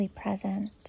present